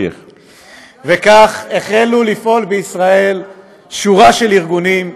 אתה עוד תיתן לשר לוין רעיונות.